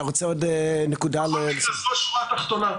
השורה התחתונה,